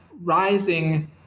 rising